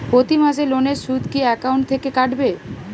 প্রতি মাসে লোনের সুদ কি একাউন্ট থেকে কাটবে?